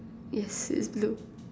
yes it is blue